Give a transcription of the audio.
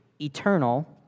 eternal